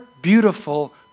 beautiful